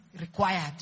required